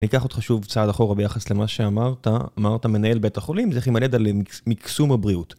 אני אקח אותך שוב צעד אחורה ביחס למה שאמרת, אמרת מנהל בית החולים, זה כמעט ידע למקסום הבריאות.